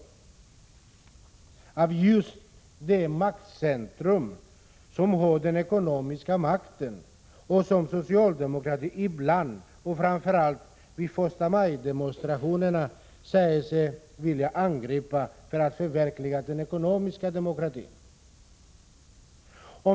Besluten skall då fattas av det maktcentrum som förfogar över de ekonomiska styrmedlen och som socialdemokraterna ibland, framför allt vid förstamajdemonstrationerna, säger sig vilja angripa för att förverkliga den ekonomiska demokratin.